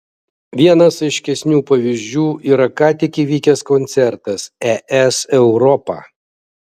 vienas aiškesnių pavyzdžių yra ką tik įvykęs koncertas es europa